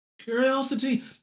Curiosity